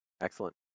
Excellent